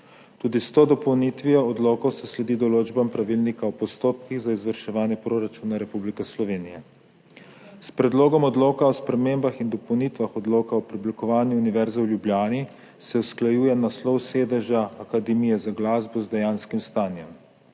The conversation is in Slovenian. Tudi s to dopolnitvijo odlokov se sledi določbam Pravilnika o postopkih za izvrševanje proračuna Republike Slovenije. S Predlogom odloka o spremembah in dopolnitvah Odloka o preoblikovanju Univerze v Ljubljani se usklajuje naslov sedeža Akademije za glasbo z dejanskim stanjem.